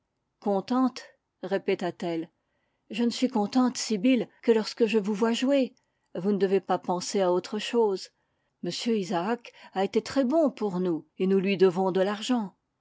contente répéta-t-elle je ne suis contente sibyl que lorsque je vous vois jouer vous ne devez pas penser à autre chose m isaacs a été très bon pour nous et nous lui devons de l'argent